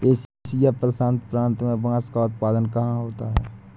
Asia प्रशांत प्रांत में बांस का उत्पादन कहाँ होता है?